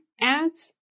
ads